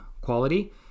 quality